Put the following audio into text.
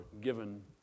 given